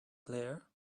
claire